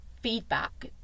feedback